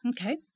Okay